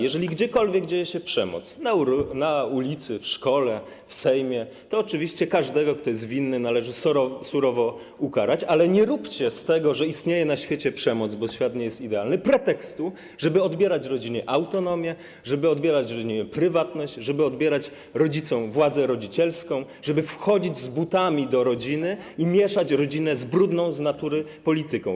Jeżeli gdziekolwiek dzieje się przemoc: na ulicy, w szkole, w Sejmie, to oczywiście każdego, kto jest winny, należy surowo ukarać, ale nie róbcie z tego, że istnieje na świecie przemoc, bo świat nie jest idealny, pretekstu, żeby odbierać rodzinie autonomię, żeby odbierać rodzinie prywatność, żeby odbierać rodzicom władzę rodzicielską, żeby wchodzić z butami do rodziny i mieszać rodzinę z brudną z natury polityką.